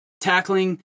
Tackling